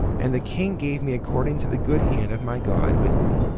and the king gave me according to the good hand of my god with me.